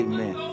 Amen